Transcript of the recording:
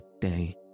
day